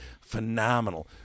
phenomenal